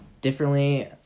differently